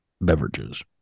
beverages